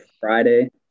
Friday